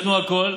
נתנו הכול.